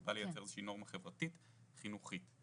הוא בא לייצר נורמה חברתית חינוכית.